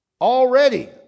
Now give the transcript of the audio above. already